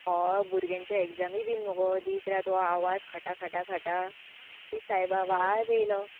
हय भुरग्यांचे एग्जामी बीन मगो दीस रात हो आवाज खटा खटा खटा ती सायबा वाज येयलो